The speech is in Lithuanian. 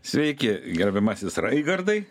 sveiki gerbiamasis raigardai